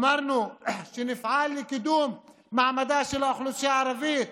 אמרנו שנפעל לקידום מעמדה של האוכלוסייה הערבית,